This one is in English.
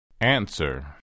Answer